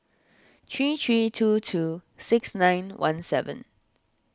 three three two two six nine one seven